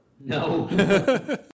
No